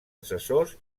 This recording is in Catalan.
assessors